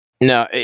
no